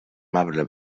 marbre